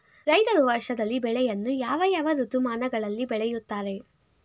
ರೈತರು ವರ್ಷದಲ್ಲಿ ಬೆಳೆಯನ್ನು ಯಾವ ಯಾವ ಋತುಮಾನಗಳಲ್ಲಿ ಬೆಳೆಯುತ್ತಾರೆ?